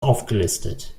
aufgelistet